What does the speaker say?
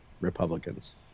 Republicans